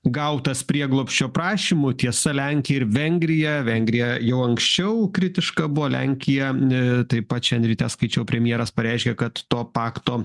gautas prieglobsčio prašymų tiesa lenkija ir vengrija vengrija jau anksčiau kritiška buvo lenkija taip pat šiandien ryte skaičiau premjeras pareiškė kad to pakto